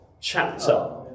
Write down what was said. chapter